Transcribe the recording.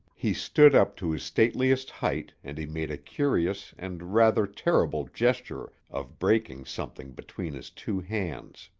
he stood up to his stateliest height and he made a curious and rather terrible gesture of breaking something between his two hands.